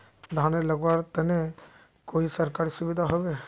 धानेर लगवार तने कोई सरकारी सुविधा होबे?